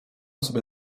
sobie